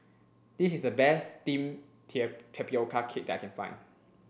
this is the best steam tapioca cake that I can find